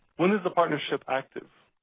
when is the partnership active?